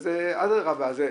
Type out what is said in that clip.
זה ברמה של עשרות.